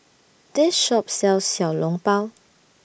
This Shop sells Xiao Long Bao